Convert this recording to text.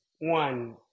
one